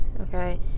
okay